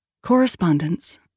correspondence